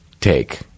Take